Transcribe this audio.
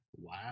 Wow